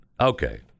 okay